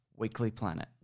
weeklyplanet